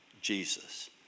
Jesus